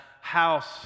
house